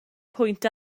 pwynt